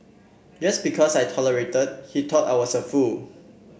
just because I tolerated he thought I was a fool